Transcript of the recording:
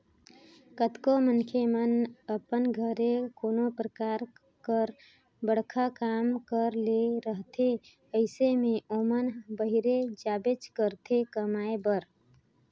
केतनो मइनसे मन अपन घरे कोनो परकार कर बड़खा काम करे ले रहथे अइसे में ओमन बाहिरे जाबेच करथे कमाए बर